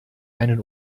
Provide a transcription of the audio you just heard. einen